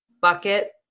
bucket